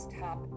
top